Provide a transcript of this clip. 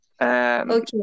Okay